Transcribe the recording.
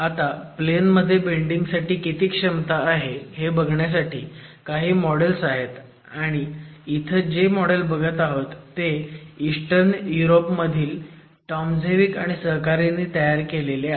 आता प्लेन मध्ये बेंडिंग साठी किती क्षमता आहे हे बघण्यासाठी काही मॉडेल्स आहेत आणि इथं जे मॉडेल बघत आहोत ते ईस्टर्न युरोप मध्ये टॉमेझेविक आणि सहकाऱ्यांनी तयार केलेले आहे